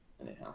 Anyhow